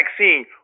vaccine